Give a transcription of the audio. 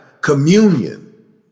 communion